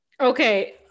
okay